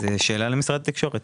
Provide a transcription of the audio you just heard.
שאלה לשר התקשורת.